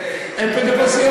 un peu de patience.